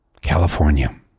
California